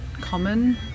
common